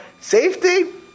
safety